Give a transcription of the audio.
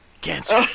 Cancer